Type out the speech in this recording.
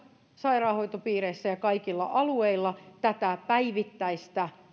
sairaanhoitopiireissä ja kaikilla alueilla tätä päivittäistä